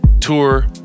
tour